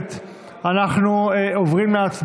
הכנסת יאיר גולן, שזה באחריותו: